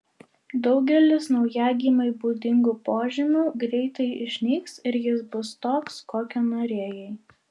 daugelis naujagimiui būdingų požymių greitai išnyks ir jis bus toks kokio norėjai